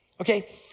Okay